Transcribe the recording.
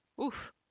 Oof